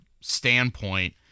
standpoint